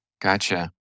Gotcha